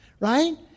Right